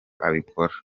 abikora